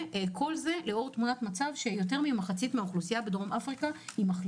כל זה לאור תמונת מצב שיותר ממחצית מהאוכלוסייה היא מחלימה.